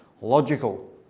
logical